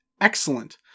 excellent